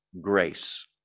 grace